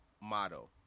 motto